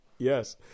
Yes